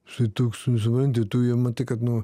jisai toks nu supranti tu jam matai kad nu